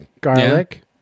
garlic